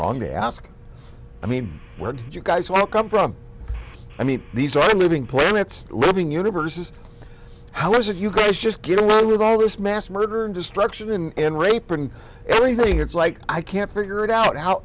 wrong to ask i mean where did you guys all come from i mean these are moving planets living universes how is it you guys just get away with all this mass murder and destruction and rape and everything it's like i can't figure it out how